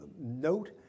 note